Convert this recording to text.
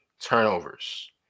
turnovers